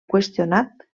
qüestionat